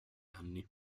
anni